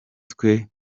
twe